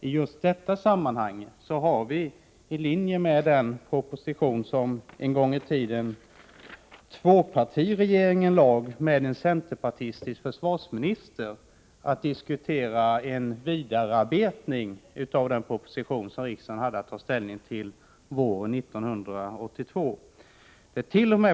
I just detta sammanhang har vi, i linje med den proposition som en gång i tiden lades fram av en borgerlig tvåpartiregering med en centerpartistisk försvarsminister, att diskutera en vidare bearbetning av denna proposition, som riksdagen hade att ta ställning till våren 1982.